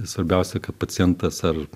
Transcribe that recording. svarbiausia kad pacientas ar